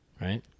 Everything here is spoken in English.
Right